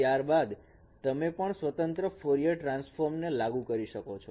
ત્યારબાદ તમે પણ સ્વતંત્ર ફોરિયર ટ્રાન્સફોર્મ ને લાગુ કરી શકો છો